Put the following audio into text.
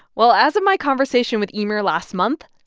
well, as of my conversation with emer last month,